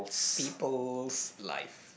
people's life